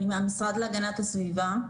אני מהמשרד הגנת הסביבה.